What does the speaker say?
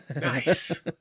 Nice